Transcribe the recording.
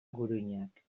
guruinak